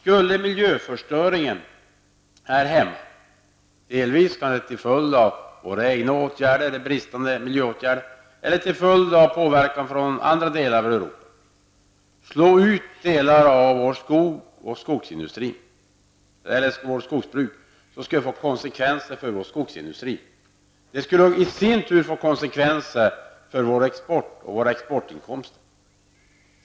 Om miljöförstöringen här hemma delvis kanske till följd av våra egna åtgärder eller bristfälliga miljöåtgärder eller till följd av påverkan från andra områden i Europa slog ut delar av vårt skogsbruk, skulle det få konsekvenser för vår skogsindustri. Detta skulle i sin tur få konsekvenser för vår export och våra exportinkomster.